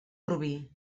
rubí